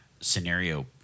scenario